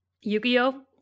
Yu-Gi-Oh